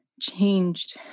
changed